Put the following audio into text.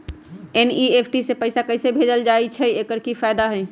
NEFT से पैसा कैसे भेजल जाइछइ? एकर की फायदा हई?